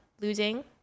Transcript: losing